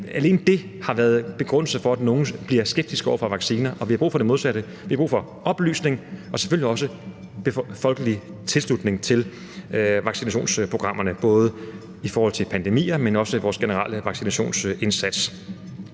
alene har givet anledning til, at nogle bliver skeptiske over for vacciner. Vi har brug for det modsatte. Vi har brug for oplysning og selvfølgelig også folkelig tilslutning til vaccinationsprogrammerne, både i forhold til pandemier, men også i vores generelle vaccinationsindsats.